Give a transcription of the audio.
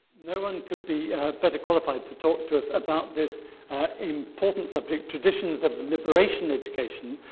no one could be better qualified to talk to us about this important subject, traditions of liberation education.